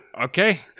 Okay